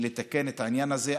ולתקן את העניין הזה.